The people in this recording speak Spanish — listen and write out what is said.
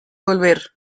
volver